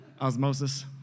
Osmosis